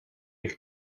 eich